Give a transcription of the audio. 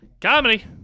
Comedy